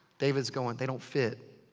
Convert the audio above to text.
david's going, they don't fit.